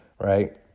right